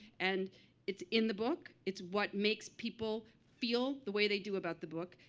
and it's in the book. it's what makes people feel the way they do about the book.